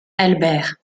albert